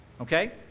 Okay